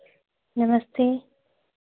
नमस्ते